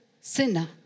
sinner